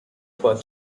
for